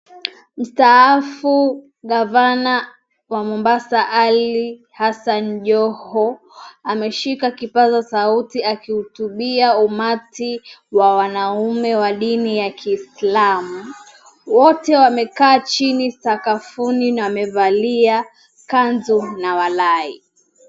Mstaafu gavana wa Mombasa, Ali Hassan Joho, ameshika kipazasauti akihutubia umati wa wanaume wa dini ya kiislamu, wote wamekaa chini sakafuni na wamevalia kanzu na walai.